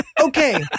Okay